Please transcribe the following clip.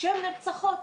כשהן נרצחות,